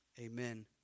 Amen